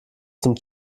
zum